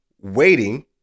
waiting